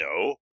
no